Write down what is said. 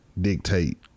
dictate